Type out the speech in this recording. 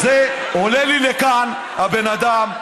עולה לי לכאן הבן אדם,